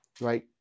right